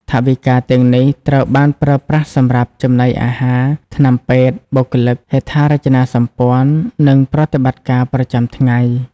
ថវិកាទាំងនេះត្រូវបានប្រើប្រាស់សម្រាប់ចំណីអាហារ ថ្នាំពេទ្យ បុគ្គលិក ហេដ្ឋារចនាសម្ព័ន្ធ និងប្រតិបត្តិការប្រចាំថ្ងៃ។